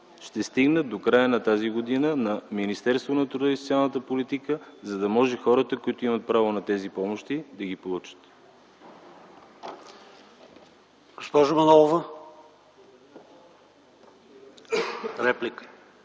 ще стигнат до края на тази година на Министерството на труда и социалната политика, за да може хората, които имат право на тези помощи, да ги получат.